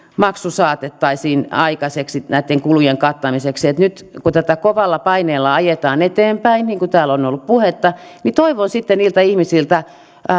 saatettaisiin aikaiseksi näitten kulujen kattamiseksi nyt kun tätä kovalla paineella ajetaan eteenpäin niin kuin täällä on ollut puhetta niin toivon niiltä ihmisiltä